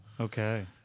Okay